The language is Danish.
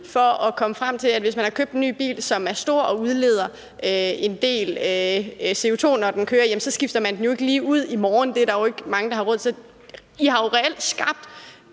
for at komme frem til, at hvis man har købt en ny bil, som er stor og udleder en del CO2, når den kører, så skifter man den ikke lige ud i morgen – det er der jo ikke mange der har råd til. I har jo reelt skabt